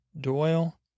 Doyle